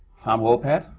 tom wopat,